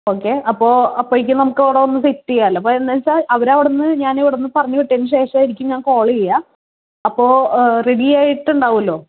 okay അപ്പോൾ അപ്പോഴേക്കും നമുക്കവിടെ വന്നു സെറ്റ് ചെയ്യാമല്ലോ അവർ അവിടുന്ന് ഞാൻ ഇവിടുന്ന് പറഞ്ഞു വിട്ടതിന് ശേഷമായിരിക്കും ഞാൻ കാൾ ചെയ്യുക അപ്പോൾ റെഡി ആയിട്ടുണ്ടാകുല്ലോ